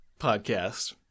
podcast